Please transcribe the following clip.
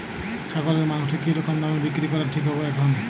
ছাগলের মাংস কী রকম দামে বিক্রি করা ঠিক হবে এখন?